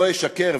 "לא ישקר",